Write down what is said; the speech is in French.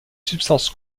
substances